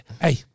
hey